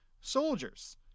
soldiers